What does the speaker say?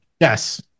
Yes